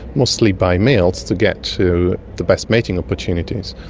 mostly by males to get to the best mating opportunities.